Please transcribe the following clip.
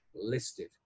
listed